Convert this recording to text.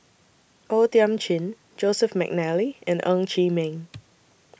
O Thiam Chin Joseph Mcnally and Ng Chee Meng